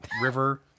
River